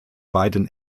beiden